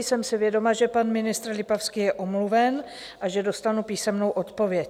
Jsem si vědoma, že pan ministr Lipavský je omluven a že dostanu písemnou odpověď.